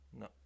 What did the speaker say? no